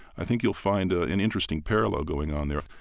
i think you'll find ah an interesting parallel going on there.